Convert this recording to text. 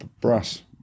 Brass